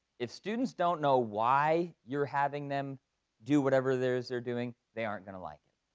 if students don't know why you're having them do whatever there is they're doing, they aren't gonna like it.